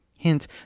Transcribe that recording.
hint